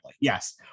yes